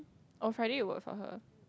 oh Friday you work for her